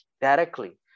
directly